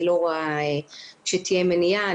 אני לא רואה שתהיה מניעה.